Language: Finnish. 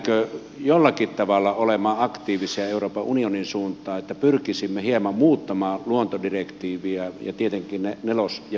pystytäänkö jollakin tavalla olemaan aktiivisia euroopan unionin suuntaan että pyrkisimme hieman muuttamaan luontodirektiiviä ja tietenkin ne nelos ja viitosliitteet